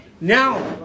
Now